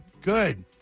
Good